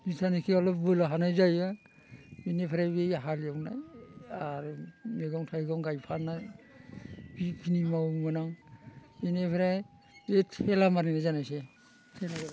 जितियानिकि अलप बोलो हानाय जायो बिनिफ्राय बै हालएवनाय आरो मैगं थाइगं गायफानाय बिखिनि मावोमोन आं इनिफ्राय बे थेला मारिनाय जानायसै जेनेबा